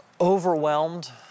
overwhelmed